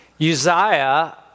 Uzziah